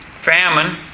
famine